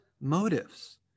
motives